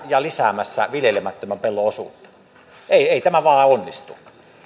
ja lisäämässä viljelemättömän pellon osuutta ei ei tämä vain onnistu